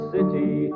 City